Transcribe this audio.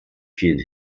vielen